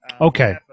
okay